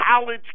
college